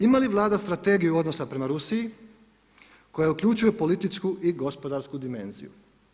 Ima li Vlada Strategiju odnosa prema Rusiji koja uključuje političku i gospodarsku dimenziju?